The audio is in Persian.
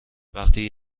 وقتی